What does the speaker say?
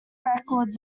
records